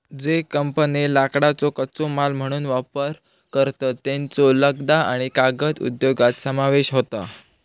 ज्ये कंपन्ये लाकडाचो कच्चो माल म्हणून वापर करतत, त्येंचो लगदा आणि कागद उद्योगात समावेश होता